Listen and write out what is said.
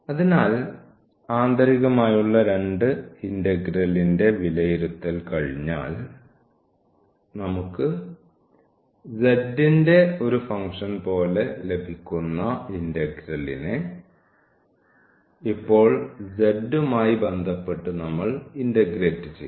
അതിനാൽ ആന്തരികമായുള്ള രണ്ട് ഇന്റഗ്രലിന്റെ വിലയിരുത്തൽ കഴിഞ്ഞാൽ നമുക്ക് z ന്റെ ഒരു ഫംഗ്ഷൻ പോലെ ലഭിക്കുന്ന ഇൻഗ്രലിനെ ഇപ്പോൾ z മായി ബന്ധപ്പെട്ട് നമ്മൾ ഇന്റഗ്രേറ്റ് ചെയ്യും